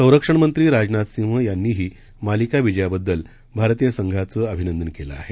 संरक्षणमंत्री राजनाथ सिंह यांनीही मालिका विजयाबद्दल भारतीय संघाचं अभिनंदन केलं आहे